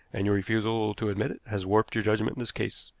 and your refusal to admit it has warped your judgment in this case,